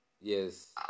Yes